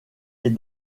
est